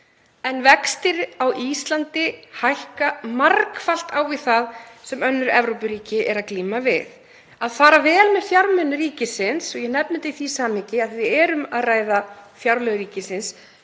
en vextir á Íslandi hækka margfalt á við það sem önnur Evrópuríki eru að glíma við. Að fara vel með fjármuni ríkisins — og ég nefni þetta í því samhengi að við erum að ræða fjárlög ríkisins